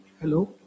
Hello